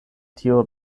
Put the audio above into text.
tiu